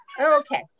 okay